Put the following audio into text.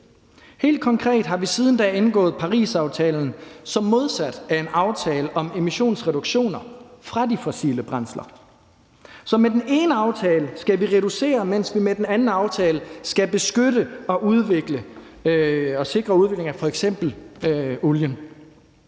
Helt konkret har vi siden da indgået Parisaftalen, som modsat er en aftale om emissionsreduktioner fra de fossile brændsler. Så med den ene aftale skal vi reducere, mens vi med den anden aftale skal beskytte og sikre udvikling af f.eks. olien